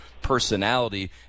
personality